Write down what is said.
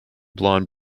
blond